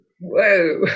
Whoa